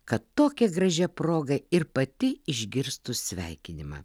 kad tokia gražia proga ir pati išgirstų sveikinimą